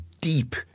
deep